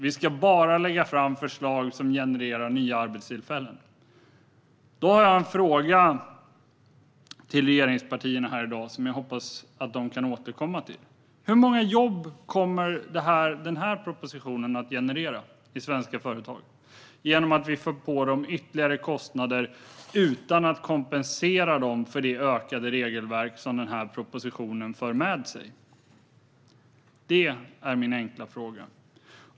Vi ska bara lägga fram förslag som genererar nya arbetstillfällen. Jag har en fråga till regeringspartierna i dag som jag hoppas att de kan återkomma till: Hur många jobb kommer denna proposition att generera i svenska företag, genom att vi påför dem ytterligare kostnader utan att kompensera dem för det ökade regelverk som denna proposition för med sig? Det är min enkla fråga.